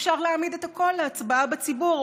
אפשר להעמיד את הכול להצבעה בציבור,